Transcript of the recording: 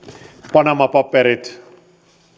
panama paperit